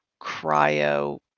cryo